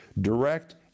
direct